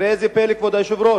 וראה איזה פלא, כבוד היושב-ראש,